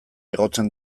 igotzen